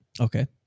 Okay